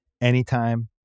Anytime